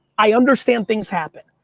i understand things happen.